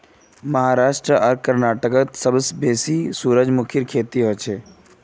महाराष्ट्र आर कर्नाटकत सबसे बेसी सूरजमुखीर खेती हछेक